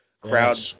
crowd